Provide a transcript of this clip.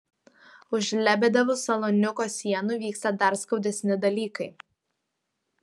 už lebedevų saloniuko sienų vyksta dar skaudesni dalykai